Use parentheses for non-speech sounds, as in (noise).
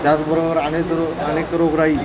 त्याचबरोबर (unintelligible) अनेक रोगराई